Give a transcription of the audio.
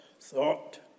thought